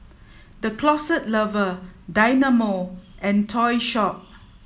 the Closet Lover Dynamo and Topshop